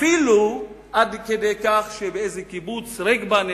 אפילו עד כדי כך שבקיבוץ נגבה,